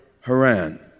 Haran